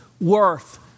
worth